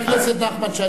חבר הכנסת נחמן שי,